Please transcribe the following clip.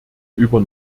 über